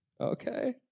Okay